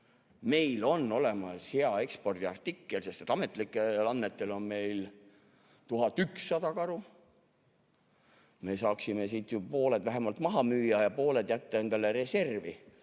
Meil on olemas hea ekspordiartikkel, sest ametlikel andmetel on meil 1100 karu. Me saaksime siit ju pooled vähemalt maha müüa ja pooled jätta endale reservi.